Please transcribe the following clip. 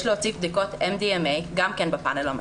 יש להוציא בדיקות NDMA גם כן בפאנל המקיף.